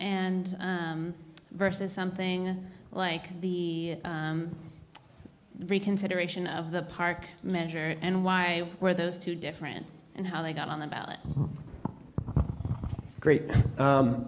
and versus something like the reconsideration of the park measure and why were those two different and how they got on the ballot great